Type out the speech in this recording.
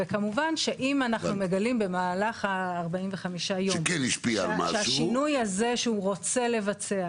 וכמובן שאם אנחנו מגלים במהלך ה-45 יום שהשינוי הזה שהוא רוצה לבצע,